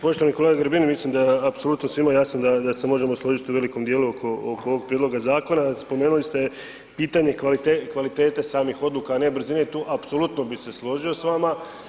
Poštovani kolega Grbin mislim da je apsolutno svima jasno da se možemo složiti u velikom dijelu oko ovog prijedloga zakona, spomenuli ste pitanje kvalitete samih odluka, a ne i brzine i tu apsolutno bi se složio s vama.